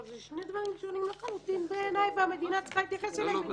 אלה שני דברים שונים לחלוטין בעיניי והמדינה צריכה להתייחס אליהם כך.